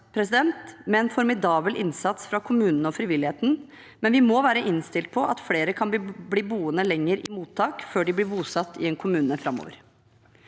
raskt, med en formidabel innsats fra kommunene og frivilligheten, men vi må være innstilt på at flere framover kan bli boende lenger i mottak før de blir bosatt i en kommune.